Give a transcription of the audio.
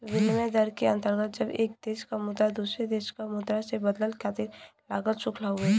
विनिमय दर के अंतर्गत जब एक देश क मुद्रा दूसरे देश क मुद्रा से बदले खातिर लागल शुल्क हउवे